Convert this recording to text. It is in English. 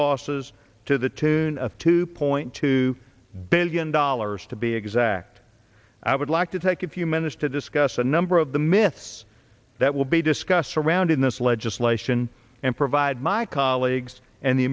bosses to the tune of two point two billion dollars to be exact i would like to take a few minutes to discuss a number of the myths that will be discussed around in this legislation and provide my colleagues and the